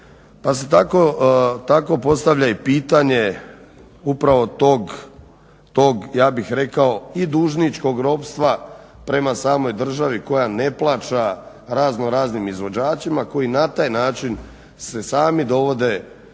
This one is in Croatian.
Pa se tako postavlja i pitanje upravo tog, ja bih rekao i dužničkog ropstva, prema samoj državi koja ne plaća razno raznim izvođačima koji na taj način se sami dovode